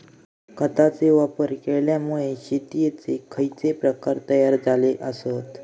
खतांचे वापर केल्यामुळे शेतीयेचे खैचे प्रकार तयार झाले आसत?